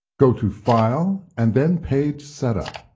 go to file, and then page setup.